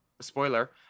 spoiler